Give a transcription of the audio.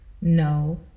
No